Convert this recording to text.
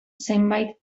zenbait